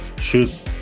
shoot